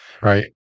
right